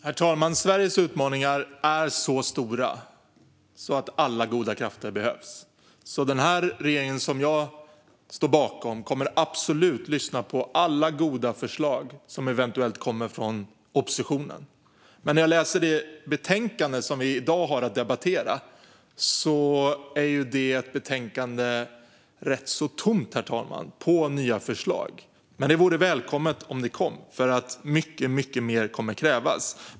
Herr talman! Sveriges utmaningar är så stora att alla goda krafter behövs. Den regering som jag står bakom kommer därför absolut att lyssna på alla goda förslag som eventuellt kommer från oppositionen. Men när jag läser det betänkande som vi i dag har att debattera, herr talman, ser jag att det är rätt tomt på nya förslag. Det vore välkommet om det kom sådana, för mycket, mycket mer kommer att krävas.